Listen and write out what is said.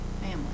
family